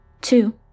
Two